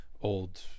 old